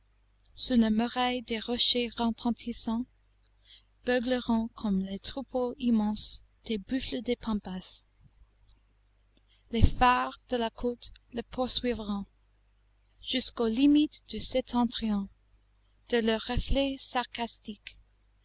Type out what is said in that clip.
sous la muraille des rochers retentissants beugleront comme les troupeaux immenses des buffles des pampas les phares de la côte le poursuivront jusqu'aux limites du septentrion de leurs reflets sarcastiques